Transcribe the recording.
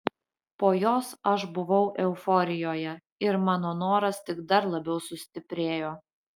po jos aš buvau euforijoje ir mano noras tik dar labiau sustiprėjo